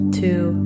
two